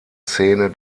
szene